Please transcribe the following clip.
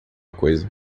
coisa